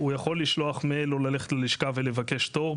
הוא יכול לשלוח מייל או ללכת ללשכה ולבקש תור.